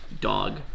dog